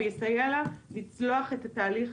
ויסייע לה לצלוח את התהליך